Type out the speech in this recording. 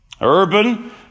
Urban